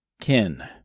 Kin